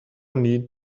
need